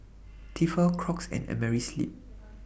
Tefal Crocs and Amerisleep